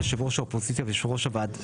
יושב ראש האופוזיציה ויושב ראש ועדת חוקה.